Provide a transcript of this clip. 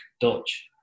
Dutch